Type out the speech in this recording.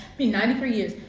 mean, ninety three years,